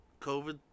COVID